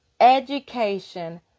education